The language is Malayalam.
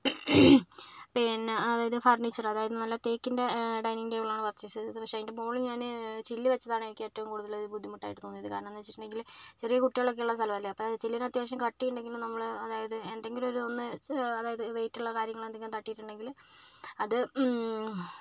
പിന്നെ അതായത് ഫർണിച്ചർ അതായത് നല്ല തേക്കിൻ്റെ ഡൈനിങ്ങ് ടേബിൾ ആണ് പർച്ചേസ് ചെയ്തത് പക്ഷെ അതിൻ്റെ മുകളിൽ ഞാൻ ചില്ല് വെച്ചതാണ് എനിക്ക് ഏറ്റവും കൂടുതൽ ബുദ്ദിമുട്ടായിട്ട് തോന്നിയത് കാരണം എന്ന് വെച്ചിട്ടുണ്ടെങ്കിൽ ചെറിയ കുട്ടികളൊക്കെ ഉള്ള സ്ഥലമല്ലേ അപ്പം ചില്ലിന് അത്യാവശ്യം കട്ടി ഉണ്ടെങ്കിലും നമ്മൾ അതായത് എന്തെങ്കിലും ഒരു ഒന്ന് അതായത് വെയിറ്റ് ഉള്ള കാര്യങ്ങളും എന്തെങ്കിലും തട്ടിയിട്ടുണ്ടെങ്കിൽ അത്